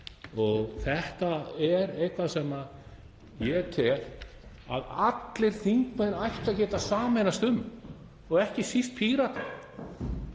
Þetta er eitthvað sem ég tel að allir þingmenn ættu að geta sameinast um, ekki síst Píratar,